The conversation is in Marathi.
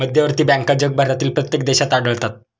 मध्यवर्ती बँका जगभरातील प्रत्येक देशात आढळतात